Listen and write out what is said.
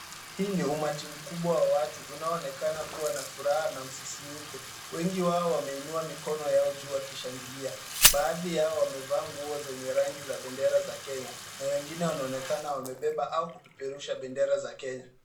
Hii ni umati mkubwa wa watu unaonekana kuwa na furaha na msisimuko. Wengi wao wameinua mikono yao juu ya kishangilia. Baadhi yao wamevaa nguo zenye rangi za bendera za Kenya na wengine wanaonekana wamebeba au kupeperusha bendera za Kenya.